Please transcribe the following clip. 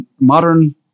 modern